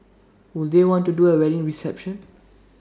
would they want to do A wedding reception